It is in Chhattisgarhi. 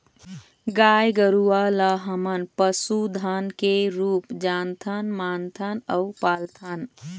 गाय गरूवा ल हमन पशु धन के रुप जानथन, मानथन अउ पालथन